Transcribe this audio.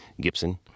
Gibson